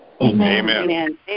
Amen